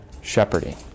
shepherding